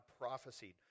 prophesied